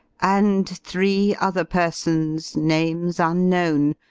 and three other persons, names unknown,